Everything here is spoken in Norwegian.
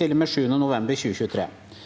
til og med 7. november 2023.